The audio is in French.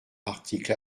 article